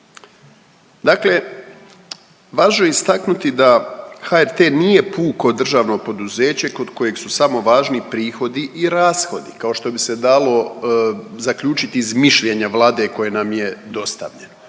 Dakle, važno je istaknuti da HRT nije puko državno poduzeće kod kojeg su samo važni prihodi i rashodi, kao što bi se dalo zaključiti iz mišljenja Vlade koje nam je dostavljen.